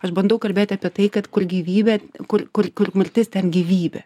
aš bandau kalbėti apie tai kad kur gyvybė kur kur mirtis ten gyvybė